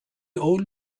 old